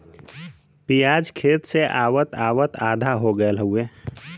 पियाज खेत से आवत आवत आधा हो गयल हउवे